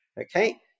Okay